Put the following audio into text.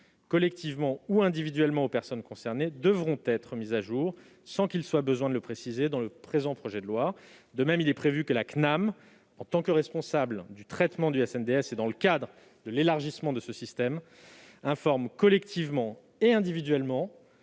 collectivement ou individuellement aux personnes concernées, devront être mises à jour sans qu'il soit besoin de le préciser dans le présent projet de loi. De même, il est prévu que la Caisse nationale de l'assurance maladie (CNAM), en tant que responsable du traitement du SNDS et dans le cadre de l'élargissement de ce système, informe collectivement et individuellement